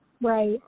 Right